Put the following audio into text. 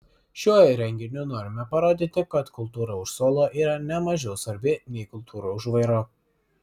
šiuo renginiu norime parodyti kad kultūra už suolo yra ne mažiau svarbi nei kultūra už vairo